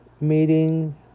meeting